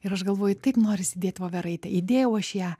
ir aš galvoju taip norisi dėt voveraitę įdėjau aš ją